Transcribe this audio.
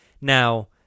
Now